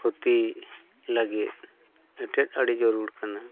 ᱠᱷᱚᱛᱤ ᱞᱟᱹᱜᱤᱫ ᱮᱴᱮᱫ ᱟᱹᱰᱤ ᱡᱟᱲᱩᱨ ᱠᱟᱱᱟ